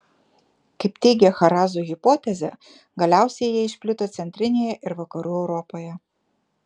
kaip teigia chazarų hipotezė galiausiai jie išplito centrinėje ir vakarų europoje